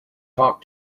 talk